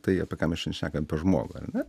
tai apie ką mes šen šnekam apie žmogų ar ne